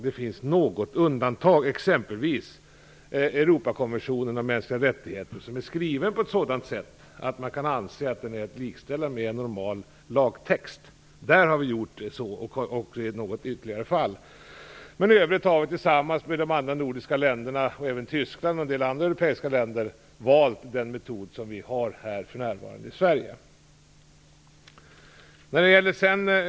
Det finns något undantag, exempelvis Europakonventionen om mänskliga rättigheter, som är skriven på ett sådant sätt att man kan anse att den är att likställa med normal lagtext. Där har vi gjort så, liksom i ytterligare något fall. Men i övrigt har vi tillsammans med de andra nordiska länderna, Tyskland och även en del andra europeiska länder valt den metod som vi för närvarande har här i Sverige.